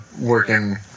working